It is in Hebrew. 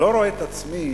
לא רואה את עצמי